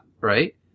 right